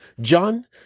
John